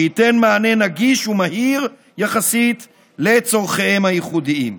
שייתן מענה נגיש ומהיר יחסית לצורכיהם הייחודיים.